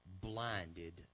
blinded